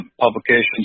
publications